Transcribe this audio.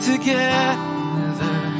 Together